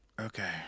okay